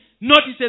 notices